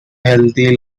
healthy